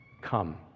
come